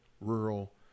rural